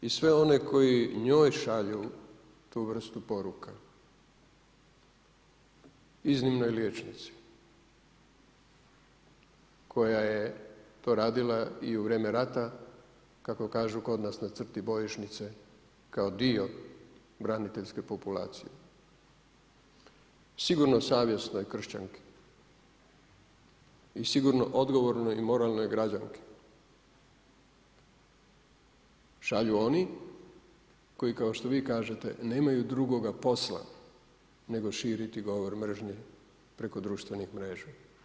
I sve one koji njoj šalju tu vrstu poruka iznimnoj liječnici, koja je to radila i u vrijeme rata, kako kaže kod nas „na crti bojišnice“ kao dio braniteljske populacije, sigurno savjesne kršćanke i sigurno odgovorne i moralne građanke, šalju oni koji kao što vi kažete, nemaju drugoga posla nego širiti govor mržnje preko društvenih mreža.